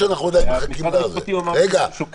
משרד המשפטים אמר שהוא שוקל